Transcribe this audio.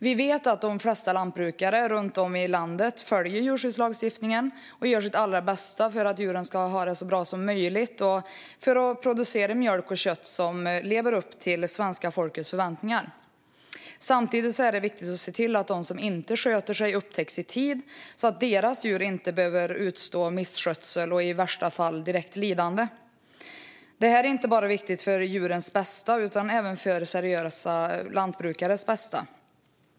Vi vet att de flesta lantbrukare runt om i landet följer djurskyddslagstiftningen och gör sitt allra bästa för att djuren ska ha det så bra som möjligt och producera mjölk och kött som lever upp till svenska folkets förväntningar. Samtidigt är det viktigt att se till att de som inte sköter sig upptäcks i tid, så att deras djur inte behöver utstå misskötsel och i värsta fall direkt lidande. Detta är viktigt inte bara för djurens bästa utan även för seriösa lantbrukares bästa.